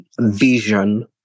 vision